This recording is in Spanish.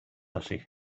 así